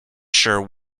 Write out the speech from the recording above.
sure